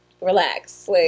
relax